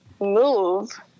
Move